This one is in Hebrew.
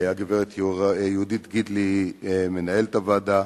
לגברת יהודית גידלי, מנהלת הוועדה,